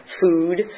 food